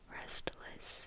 restless